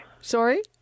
Sorry